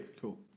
cool